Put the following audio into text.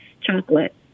chocolate